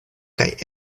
kaj